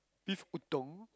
beef udon